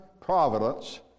providence